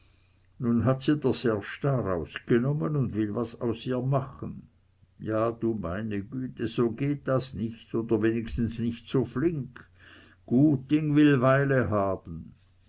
nun hat sie der serge da rausgenommen und will was aus ihr machen ja du meine güte so geht das nicht oder wenigstens nicht so flink gut ding will weile haben